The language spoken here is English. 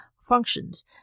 functions